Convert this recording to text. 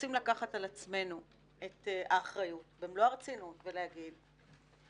רוצים לקחת על עצמנו את האחריות במלוא הרצינות ולהגיד,